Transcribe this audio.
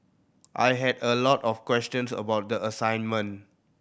I had a lot of questions about the assignment